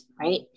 right